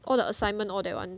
all the assignment all that [one]